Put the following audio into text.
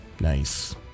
Nice